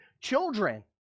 children